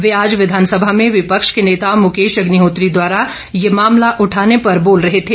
वे आज विधानसभा में विपक्ष के नेता मुकेश अग्निहोत्री द्वारा यह मामला उठाने पर बोल रहे थे